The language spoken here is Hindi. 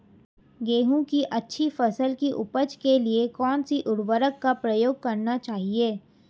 गेहूँ की अच्छी फसल की उपज के लिए कौनसी उर्वरक का प्रयोग करना चाहिए?